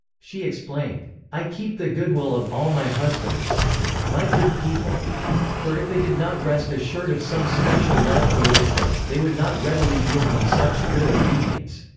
she explained i keep the good will of all my husbands my good people for if they did not rest assured of some special love towards them, they would not readily yield me such good obedience,